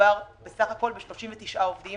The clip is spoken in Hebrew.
מדובר בסך הכול ב-39 עובדים